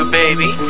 baby